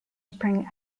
spring